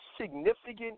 significant